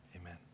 Amen